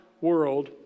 world